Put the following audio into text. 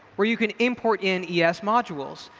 where you can import in yeah es modules,